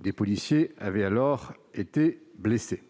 Des policiers avaient alors été blessés.